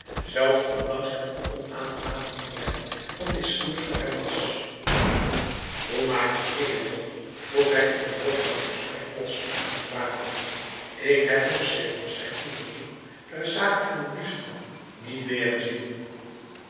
zelfs ondanks het een onaangenaam onderwerp van discours voor hem was hoe maakt fournier het toch vroeg hij in den loop van het gesprek plotseling aan van brakel ik heb hem sedert zijn onderzoek ter zake van den diefstal niet